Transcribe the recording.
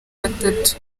batatu